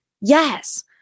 yes